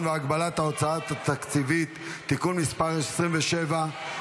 והגבלת ההוצאה התקציבית (תיקון מס' 27),